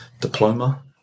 Diploma